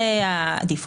זה ברירת המחדל.